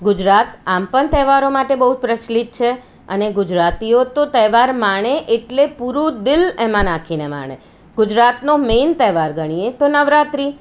ગુજરાત આમ પણ તહેવારો માટે બહુ પ્રચલિત છે અને ગુજરાતીઓ તો તહેવાર માણે એટલે પુરૂં દિલ એમાં નાખીને માણે ગુજરાતનો મેન તહેવાર ગણીએ તો નવરાત્રિ